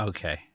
Okay